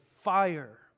fire